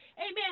Amen